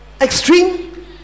extreme